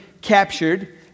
captured